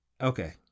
Okay